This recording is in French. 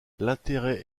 l’intérêt